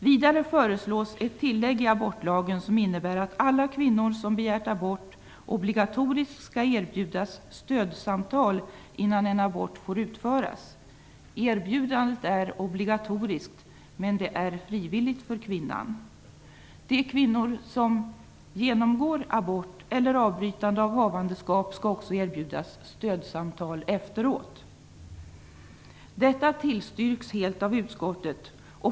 Vidare föreslås ett tillägg i abortlagen som innebär att alla kvinnor som begär abort obligatoriskt skall erbjudas stödsamtal innan en abort får utföras. Erbjudandet är obligatoriskt, men det är frivilligt för kvinnan. De kvinnor som genomgår abort eller avbrytande av havandeskap skall också erbjudas stödsamtal efteråt. Detta tillstyrks helt av utskottet.